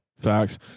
Facts